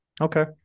Okay